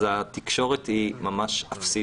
אז התקשורת היא ממש אפסית.